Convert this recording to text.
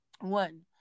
one